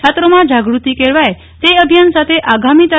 છાત્રોમાં જાગૂતિ કેળવાય તે અભિયાન સાથે આગામી તા